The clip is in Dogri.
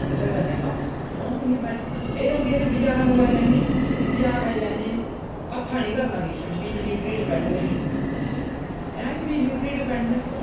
कुत्थै करने कम्म रौह्न इ'यां बैठी दियां बेही रौंह्दियां फेर बजारा मंगोआई लैन्ने आं बजारा खाई लैन्ने आं हत्था नि करना किश बी बिजली उप्पर गै डिपैंड होई गेदियां न में बी बिजली उप्पर ही डिपैंड हा फेर